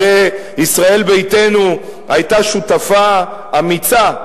שהרי ישראל ביתנו היתה שותפה אמיצה,